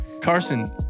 Carson